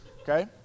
okay